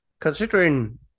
considering